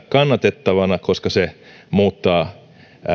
kannatettavana koska se muuttaa